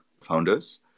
founders